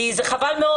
כי זה חבל מאוד.